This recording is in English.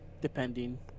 depending